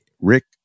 Rick